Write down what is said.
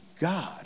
God